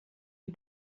you